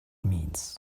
means